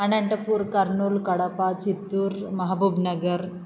Anantapur Kurnool Kadapa Chittoor Mahbubnagar